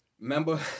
remember